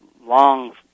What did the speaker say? long